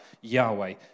Yahweh